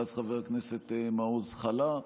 ואז חבר הכנסת מעוז חלה,